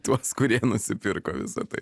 tuos kurie nusipirko visa tai